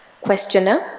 Questioner